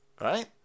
Right